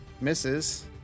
Misses